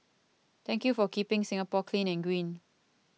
thank you for keeping Singapore clean and green